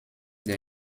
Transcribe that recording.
der